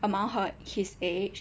among her his age